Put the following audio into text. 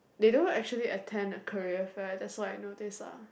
they don't actually attend a career fair that's what I noticed lah